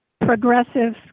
progressive